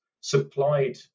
supplied